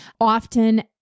often